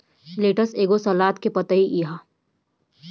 lettuce एगो सलाद के पतइ ह